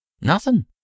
nothing